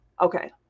Okay